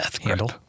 handle